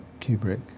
Kubrick